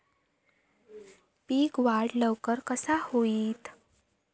पीक वाढ लवकर कसा होईत?